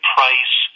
Price